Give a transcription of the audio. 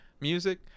music